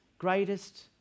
greatest